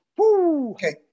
okay